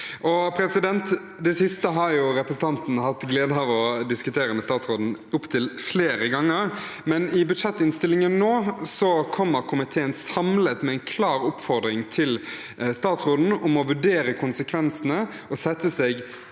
fjernet. Det siste har jo representanten hatt gleden av å diskutere med statsråden opptil flere ganger. I budsjettinnstillingen nå kommer komiteen samlet med en klar oppfordring til statsråden om å vurdere konsekvensene og sette seg